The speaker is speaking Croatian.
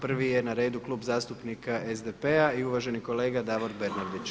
Prvi je na redu Klub zastupnika SDP-a i uvaženi kolega Davor BErnardić.